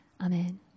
Amen